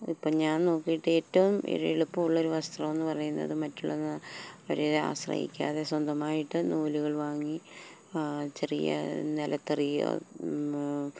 ഇപ്പോള് ഞാൻ നോക്കിയിട്ട് ഏറ്റവും എളുപ്പമുള്ളൊരു വസ്ത്രമെന്ന് പറയുന്നത് മറ്റുള്ളവരെ ആശ്രയിക്കാതെ സ്വന്തമായിട്ട് നൂലുകൾ വാങ്ങി ചെറിയ നിലത്തറിയില്